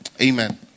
Amen